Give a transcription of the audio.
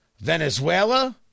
Venezuela